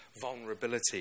vulnerability